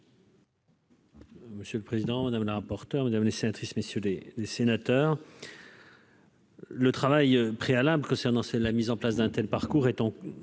Monsieur le président, madame la rapporteure mesdames les sénatrices messieurs des des sénateurs. Le travail préalable concernant, c'est la mise en place d'un tel parcours étant